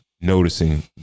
noticing